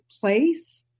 place